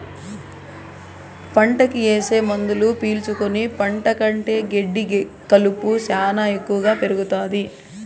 పంటకి ఏసే మందులు పీల్చుకుని పంట కంటే గెడ్డి కలుపు శ్యానా ఎక్కువగా పెరుగుతాది